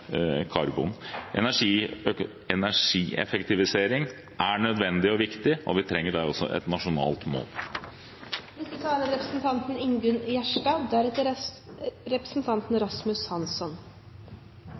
karbon. Energieffektivisering er nødvendig og viktig, og vi trenger også der et nasjonalt